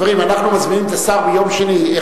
חברים, אנחנו מזמינים את השר ביום שני.